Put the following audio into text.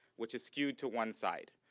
which is skewed to one side.